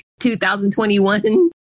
2021